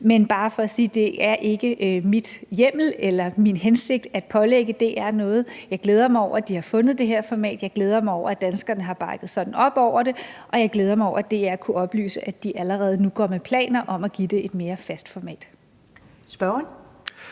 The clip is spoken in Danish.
er bare for at sige, at jeg har hverken hjemmel til eller til hensigt at pålægge DR noget. Jeg glæder mig over, at de har fundet det her format. Jeg glæder mig over, at danskerne har bakket sådan op om det, og jeg glæder mig over, at DR har kunnet oplyse, at de allerede nu går med planer om at give det et mere fast format. Kl.